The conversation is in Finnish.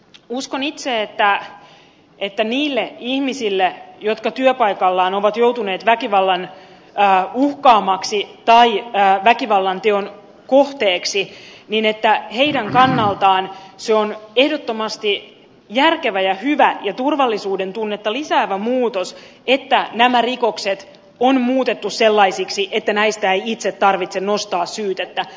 uskon itse että niiden ihmisten kannalta jotka työpaikallaan ovat joutuneet väkivallan uhkaamiksi tai väkivallanteon kohteiksi niin että heidän kannaltaan se on ehdottomasti järkevä ja hyvä ja turvallisuuden tunnetta lisäävä muutos että nämä rikokset on muutettu sellaisiksi että näistä ei itse tarvitse nostaa syytettä